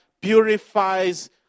purifies